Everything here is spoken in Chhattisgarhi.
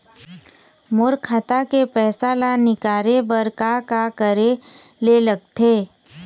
मोर खाता के पैसा ला निकाले बर का का करे ले लगथे?